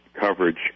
coverage